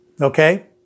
okay